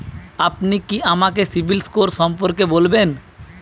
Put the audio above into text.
আপনি কি আমাকে সিবিল স্কোর সম্পর্কে বলবেন?